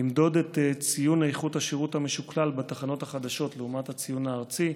נמדוד את ציון איכות השירות המשוקלל בתחנות החדשות לעומת הציון הארצי.